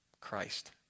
Christ